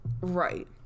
right